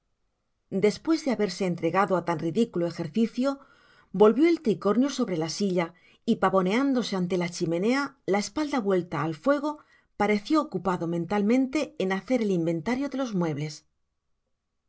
despues de haberse entregado á tan ridiculo ejercicio volvió el tricornio sobre la silla y pavoneándose ante k chimenea la espalda vuelta al fuego pareció ocupado mentalmente en hacer el inventario de los muebles